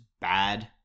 bad